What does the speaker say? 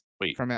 Wait